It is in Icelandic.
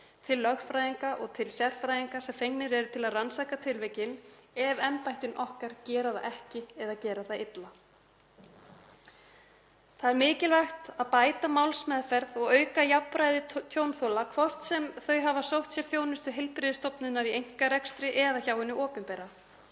til lögfræðinga og til sérfræðinga sem fengnir eru til að rannsaka tilvikin ef embættin okkar gera það ekki eða gera það illa. Það er mikilvægt að bæta málsmeðferð og auka jafnræði tjónþola, hvort sem þau hafa sótt sér þjónustu heilbrigðisstofnunar í einkarekstri eða hjá hinu opinbera.